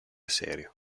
serio